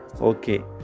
Okay